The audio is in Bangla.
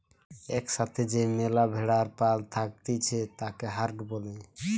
এক সাথে যে ম্যালা ভেড়ার পাল থাকতিছে তাকে হার্ড বলে